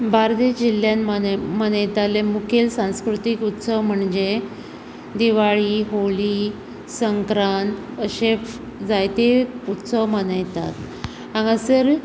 बार्देस जिल्ल्यान मनय मनयताले मुखेल सांस्कृतीक उत्सव म्हणजे दिवाळी होळी संक्रांत अशे जायते उत्सव मनयतात हांगासर